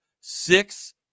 six